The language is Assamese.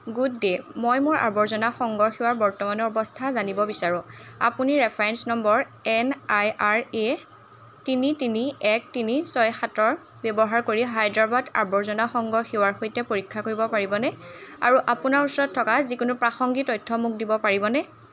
গুড ডে মই মোৰ আৱৰ্জনা সংগ্ৰহ সেৱাৰ বৰ্তমানৰ অৱস্থা জানিব বিচাৰোঁ আপুনি reference number N I R A তিনি তিনি এক তিনি ছয় সাতৰ ব্যৱহাৰ কৰি হায়দৰাবাদ আৱৰ্জনা সংগ্ৰহ সেৱাৰ সৈতে পৰীক্ষা কৰিব পাৰিবনে আৰু আপোনাৰ ওচৰত থকা যিকোনো প্ৰাসংগিক তথ্য মোক দিব পাৰিবনে